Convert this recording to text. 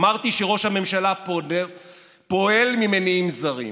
אמרתי שראש הממשלה פועל ממניעים זרים.